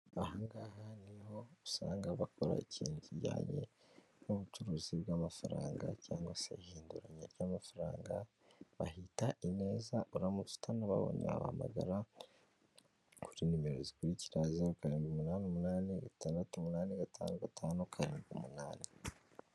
Aha ngaha niho usanga bakora ikintu kijyanye n'ubucuruzi bw'amafaranga cyangwa se ihinduranya ry'amafaranga, bahita Ineza, uramutse utanababonye wahamagara kuri nimero zikurikira: zeru karindwi umunani umunani, itandatu umunani, gatanu gatanu, karindwi umunani.